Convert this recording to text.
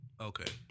Okay